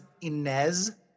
Inez